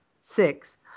Six